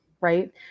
right